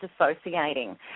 disassociating